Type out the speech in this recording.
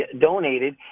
donated